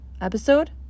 episode